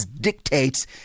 dictates